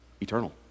eternal